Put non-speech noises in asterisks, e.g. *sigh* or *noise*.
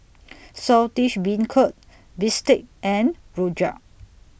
*noise* Saltish Beancurd Bistake and Rojak